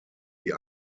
die